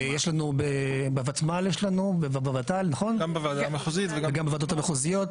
יש לנו בוותמ"ל ובוות"ל וגם בוועדות המחוזיות,